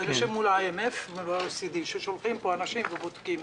וגם מול ה-IMF ומול ה-OECD ששולחים לפה אנשים ובודקים.